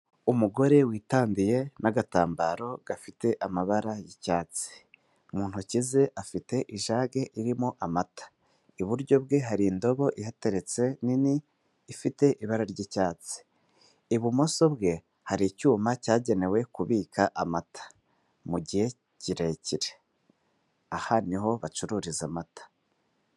Umugore witandiye n'agatambaro gafite amabara y'icyatsi, mu ntoki ze afite ijage irimo amata, iburyo bwe hari indobo ihateretse nini ifite ibara ry'icyatsi, ibumoso bwe hari icyuma cyagenewe kubika amata mu gihe kirekire aha niho bacururiza amata.